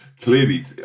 Clearly